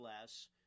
less